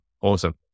Awesome